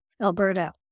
Alberta